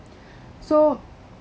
so